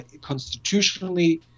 constitutionally